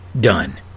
done